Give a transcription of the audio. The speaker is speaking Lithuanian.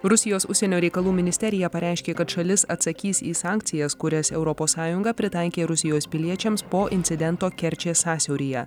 rusijos užsienio reikalų ministerija pareiškė kad šalis atsakys į sankcijas kurias europos sąjunga pritaikė rusijos piliečiams po incidento kerčės sąsiauryje